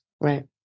Right